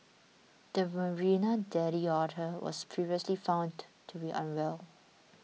the Marina daddy otter was previously found to be unwell